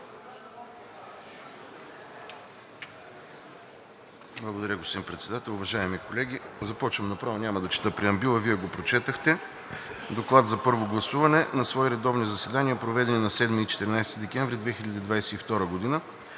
Благодаря, господин Председател. Уважаеми колеги, започвам направо, няма да чета преамбюла, Вие го прочетохте. „ДОКЛАД за първо гласуване На свои редовни заседания, проведени на 7 и 14 декември 2022 г.,